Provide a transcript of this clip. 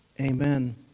Amen